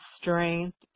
strength